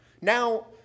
Now